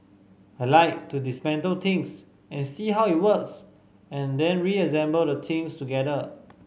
I like to dismantle things and see how it works and then reassemble the things together